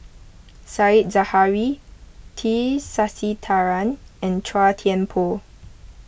Said Zahari T Sasitharan and Chua Thian Poh